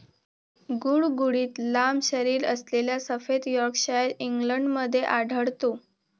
गुळगुळीत लांब शरीरअसलेला सफेद यॉर्कशायर इंग्लंडमध्ये आढळतो